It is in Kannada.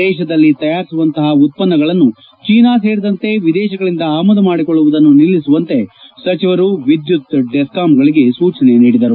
ದೇಶದಲ್ಲಿ ತಯಾರಿಸುವಂತಹ ಉತ್ಪನ್ನಗಳನ್ನು ಚೀನಾ ಸೇರಿದಂತೆ ವಿದೇಶಗಳಿಂದ ಆಮದು ಮಾಡಿಕೊಳ್ಳುವುದನ್ನು ನಿಲ್ಲಿಸುವಂತೆ ಸಚಿವರು ವಿದ್ಯುತ್ ಡಿಸಾಂಗಳಿಗೆ ಸೂಚನೆ ನೀಡಿದರು